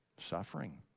suffering